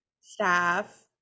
staff